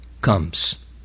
comes